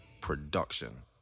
production